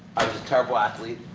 i was a terrible athlete,